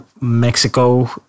Mexico